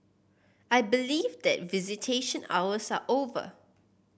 I believe that visitation hours are over